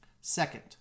Second